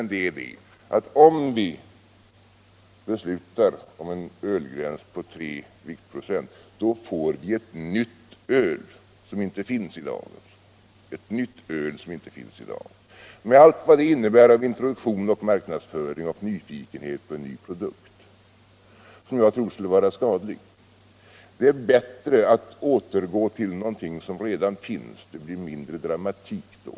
Det är i stället detta, att om vi beslutar om en ölgräns på 3 viktprocent får vi ett nytt öl som inte finns i dag, med allt vad det innebär av introduktion, marknadsföring och nyfikenhet på en ny produkt. Det tror jag skulle vara skadligt. Det är bättre att återgå till någonting som redan finns. Det blir mindre dramatik då.